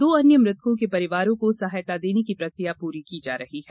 दो अन्य मृतकों के परिवारों को सहायता देने की प्रकिया पूरी की जा रही है